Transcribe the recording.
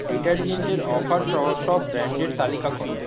ডিটারজেন্টের offer সহ সব ব্র্যাণ্ডের তালিকা করো